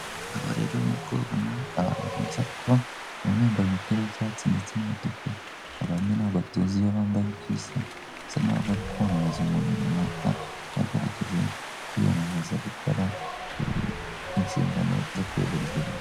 Aba rero nkuko ubabona n'abantu benshi ariko bamwe bambaye imipira y'icyatsi ndetse n'umutuku abandi ntago tuzi iyo bambaye uko isa, bisa n'aho bari kwamamaza umuntu runaka wagerageje kwiyamamaza gukora inshingano zo kuyobora igihugu.